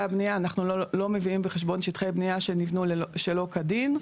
הבנייה אנחנו לא מביאים בחשבון שטחי בנייה שנבנו שלא כדין.